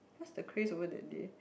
what's the craze over that day